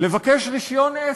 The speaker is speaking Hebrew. לבקש רישיון עסק.